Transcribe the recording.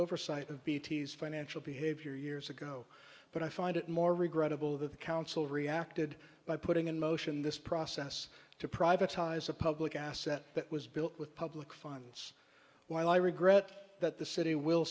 oversight of bts financial behavior years ago but i find it more regrettable that the council reacted by putting in motion this process to privatized a public asset that was built with public funds while i regret that the city will